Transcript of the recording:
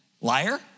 Liar